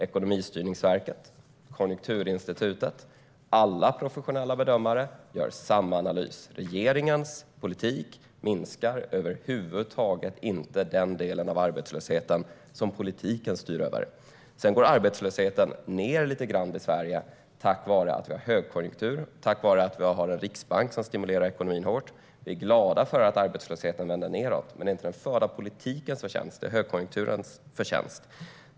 Ekonomistyrningsverket, Konjunkturinstitutet, ja, alla professionella bedömare gör samma analys: Regeringens politik minskar över huvud taget inte den delen av arbetslösheten som politiken styr över. Sedan går arbetslösheten ned lite grann i Sverige tack vare att vi har högkonjunktur och tack vare att vi har en riksbank som stimulerar ekonomin hårt. Vi är glada för att arbetslösheten vänder nedåt, men det är inte den förda politikens förtjänst, utan det är högkonjunkturens förtjänst.